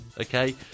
okay